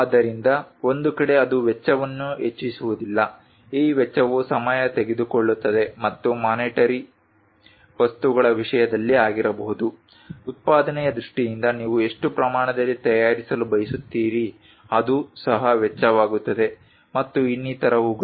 ಆದ್ದರಿಂದ ಒಂದು ಕಡೆ ಅದು ವೆಚ್ಚವನ್ನು ಹೆಚ್ಚಿಸುವುದಿಲ್ಲ ಈ ವೆಚ್ಚವು ಸಮಯ ತೆಗೆದುಕೊಳ್ಳುತ್ತದೆ ಅದು ಮಾನೆಟರಿ ವಸ್ತುಗಳ ವಿಷಯದಲ್ಲಿ ಆಗಿರಬಹುದು ಉತ್ಪಾದನೆಯ ದೃಷ್ಟಿಯಿಂದ ನೀವು ಎಷ್ಟು ಪ್ರಮಾಣದಲ್ಲಿ ತಯಾರಿಸಲು ಬಯಸುತ್ತೀರಿ ಅದು ಸಹ ವೆಚ್ಚವಾಗುತ್ತದೆ ಮತ್ತು ಇನ್ನಿತರವುಗಳು